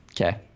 Okay